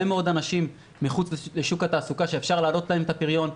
מאוד אנשים מחוץ לשוק העבודה שאפשר להעלות להם את הפריון,